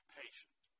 patient